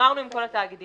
ביררנו עם כל התאגידים.